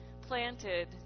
planted